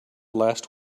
last